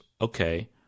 okay